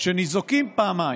שניזוקים פעמיים: